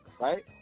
Right